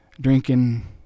drinking